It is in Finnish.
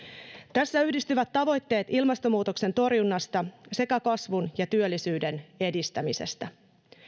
tässä yhdistyvät tavoitteet ilmastonmuutoksen torjunnasta sekä kasvun ja työllisyyden edistämisestä